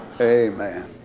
Amen